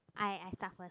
I I start first